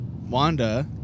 Wanda